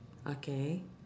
okay